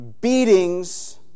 beatings